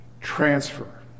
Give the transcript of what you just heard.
transfer